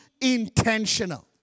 intentional